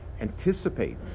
anticipate